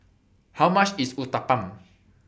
How much IS Uthapam